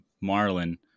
Marlin